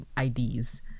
IDs